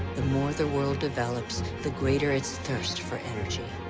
the more the world develops, the greater its thirst for energy.